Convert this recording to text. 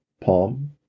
palm